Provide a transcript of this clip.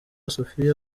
sophia